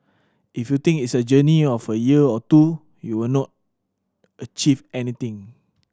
if you think it's a journey of a year or two you will not achieve anything